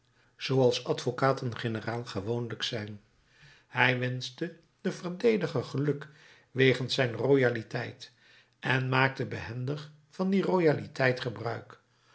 zooals advocaten generaal gewoonlijk zijn hij wenschte den verdediger geluk wegens zijn royaliteit en maakte behendig van die royaliteit gebruik